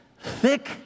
thick